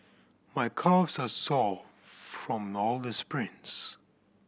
my calves are sore from all the sprints